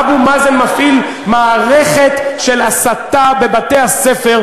אבו מאזן מפעיל מערכת של הסתה בבתי-הספר,